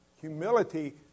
Humility